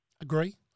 Agree